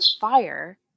fire